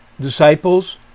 disciples